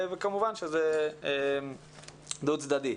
כמובן שזה דו צדדי.